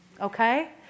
Okay